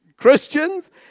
christians